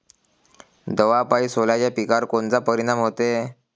दवापायी सोल्याच्या पिकावर कोनचा परिनाम व्हते?